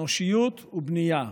אנושיות ובנייה.